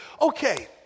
okay